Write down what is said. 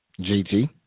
JT